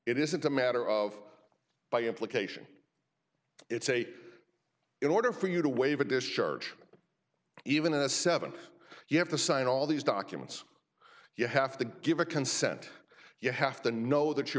it isn't a matter of by implication it's a in order for you to waive a discharge even a seven you have to sign all these documents you have to give a consent you have to know that you're